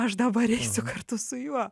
aš dabar eisiu kartu su juo